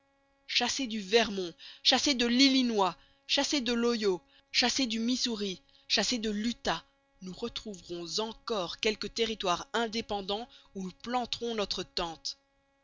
chassés du vermont chassés de l'illinois chassés de l'ohio chassés du missouri chassés de l'utah nous retrouverons encore quelque territoire indépendant où nous planterons notre tente